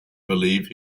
believe